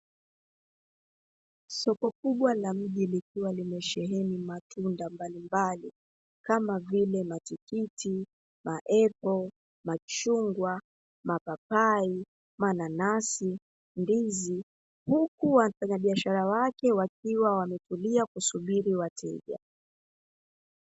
Soko kubwa la mji, likiwa limesheheni matunda mbalimbali kama vile: matikiti, maepo, machungwa, mapapai, mananasi na ndizi, huku wafanyabiashara wake wakiwa wametulia kusubiri wateja.